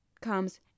comes